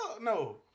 no